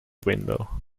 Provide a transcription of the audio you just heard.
window